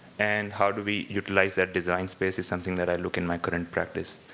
and how do we utilize that design space is something that i look in my current practice.